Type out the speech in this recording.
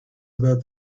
about